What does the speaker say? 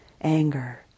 anger